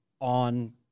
on